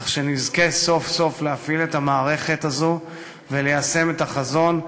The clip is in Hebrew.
כך שנזכה סוף-סוף להפעיל את המערכת הזאת וליישם את החזון,